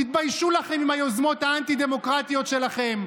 תתביישו לכם עם היוזמות האנטי-דמוקרטיות שלכם.